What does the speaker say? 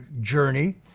journey